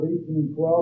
1812